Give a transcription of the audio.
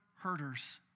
herders